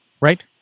right